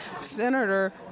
Senator